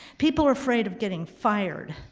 people are afraid of getting fired.